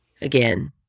again